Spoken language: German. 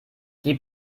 die